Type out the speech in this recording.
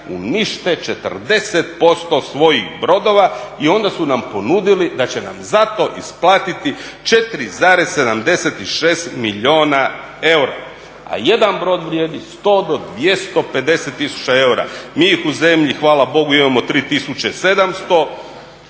unište 40% svojih brodova i onda su nam ponudili da će nam za to isplatiti 4,76 milijuna eura, a jedan milijun vrijedi 100 do 250 tisuća eura. Mi ih u zemlji, hvala Bogu, imamo 3700